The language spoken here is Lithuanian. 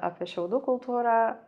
apie šiaudų kultūrą